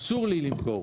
אסור לי למכור.